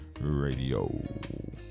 Radio